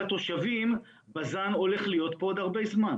התושבים שבזן הולך להיות פה עוד הרבה זמן.